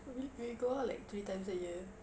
we we go out like three times a year